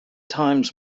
times